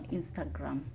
Instagram